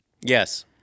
Yes